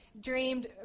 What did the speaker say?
dreamed